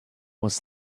was